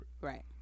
Right